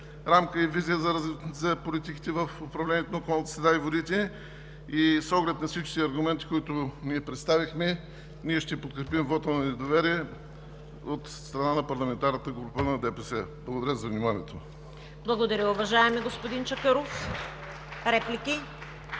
рамка и визия за политиките в управлението на околната среда и водите. С оглед на всичките аргументи, които представихме, ние ще подкрепим вота на недоверие от страна на парламентарната група на ДПС. Благодаря за вниманието. (Ръкопляскания от ДПС.)